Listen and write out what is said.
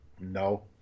no